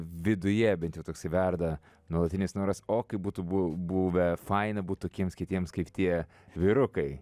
viduje bent jau toksai verda nuolatinis noras o kaip būtų bu buvę faina būt tokiems kietiems kaip tie vyrukai